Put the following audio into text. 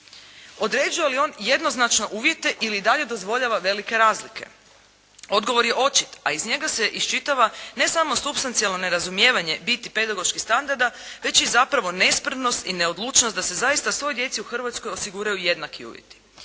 Određuje li on jednoznačno uvjete ili dalje dozvoljava velike razlike. Odgovor je očit, a iz njega se iščitava ne samo supstancijalno nerazumijevanje biti pedagoških standarda već i zapravo nespremnost i neodlučnost da se zaista svoj djeci u Hrvatskoj osiguraju jednaki uvjeti.